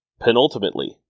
penultimately